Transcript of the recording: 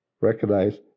recognize